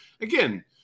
again